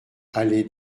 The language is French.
allée